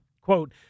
quote